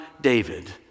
David